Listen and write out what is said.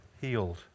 healed